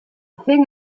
thing